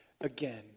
again